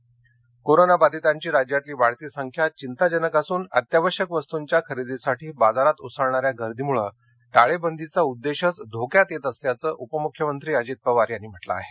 Ajit Pawar corona बाधितांची राज्यातली वाढती संख्या चिंताजनक असून अत्यावश्यक वस्तूंच्या खरेदीसाठी बाजारात उसळणाऱ्या गर्दीमुळे टाळेबंदीचा उद्देशच धोक्यात येत असल्याचं उपमुख्यमंत्री अजित पवार यांनी म्हटलं आहे